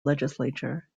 legislature